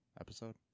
episode